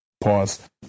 Pause